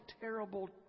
terrible